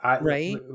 Right